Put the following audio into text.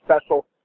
special